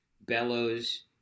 bellows